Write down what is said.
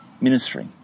ministry